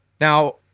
Now